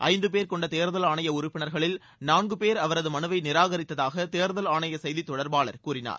ஐந்து பேர் கொண்ட தேர்தல் ஆணைய உறுப்பினர்களில் நான்கு பேர் அவரது மனுவை நிராகரித்ததாக தேர்தல் ஆணைய செய்தித் தொடர்பாளர் கூறினார்